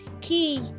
Key